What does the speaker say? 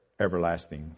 everlasting